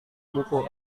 buku